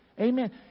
Amen